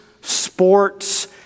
sports